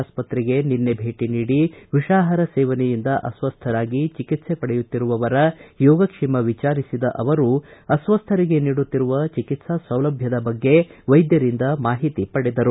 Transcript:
ಆಸ್ಪತ್ರೆಗೆ ನಿನ್ನೆ ಭೇಟ ನೀಡಿ ವಿಷಾಹಾರ ಸೇವನೆಯಿಂದ ಅಸ್ವಸ್ಥರಾಗಿ ಚಿಕಿತ್ಸೆ ಪಡೆಯುತ್ತಿರುವವರ ಯೋಗಕ್ಷೇಮ ವಿಚಾರಿಸಿದ ಅವರು ಅಸ್ತಸ್ಥರಿಗೆ ನೀಡುತ್ತಿರುವ ಚಿಕಿತ್ಲಾ ಸೌಲಭ್ಯದ ಬಗ್ಗೆ ವೈದ್ಯರಿಂದ ಮಾಹಿತಿ ಪಡೆದರು